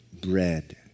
bread